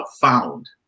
found